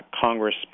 Congress